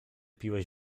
piłeś